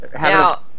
Now